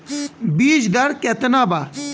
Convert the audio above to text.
बीज दर केतना बा?